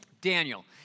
Daniel